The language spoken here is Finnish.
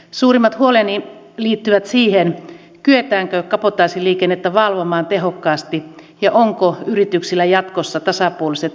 suurimmat huoleni liittyvät siihen kyetäänkö kabotaasiliikennettä valvomaan tehokkaasti ja onko yrityksillä jatkossa tasapuoliset toimintaedellytykset